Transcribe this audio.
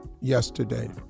yesterday